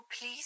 please